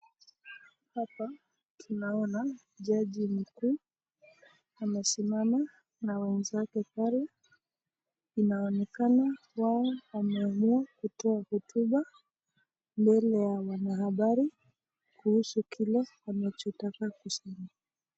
Hapa tunaona jaji mkuu amesimama na wenzake pale, inaonekana wao wameamua kutoa hotuba mbele ya wanahabari kuhusu kile wanachotaka kusema.